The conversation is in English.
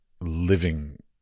living